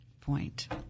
point